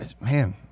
man